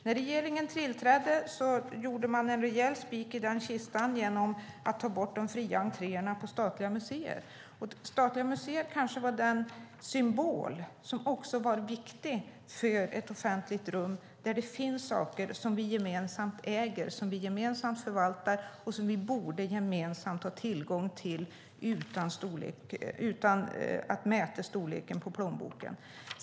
När regeringen tillträdde satte man en rejäl spik i den kistan genom att ta bort de fria entréerna på statliga museer. Statliga museer kanske var den symbol som också var viktig för ett offentligt rum där det finns saker som vi gemensamt äger, som vi gemensamt förvaltar och som vi gemensamt borde ha tillgång till utan att mäta storleken på plånboken.